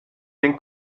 den